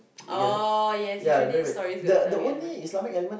oh yes usually stories got Islamic element